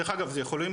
דרך אגב,